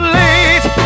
late